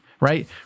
right